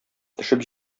төшеп